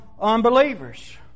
unbelievers